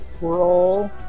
roll